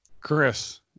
Chris